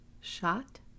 Shot